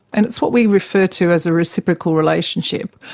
and it's what we refer to as a reciprocal relationship.